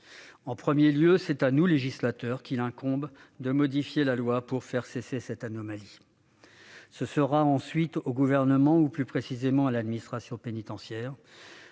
En premier lieu, c'est à nous, législateurs, qu'il incombe de modifier la loi pour faire cesser cette anomalie. Ce sera, ensuite au Gouvernement, ou plus précisément à l'administration pénitentiaire,